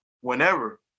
whenever